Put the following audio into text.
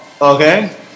okay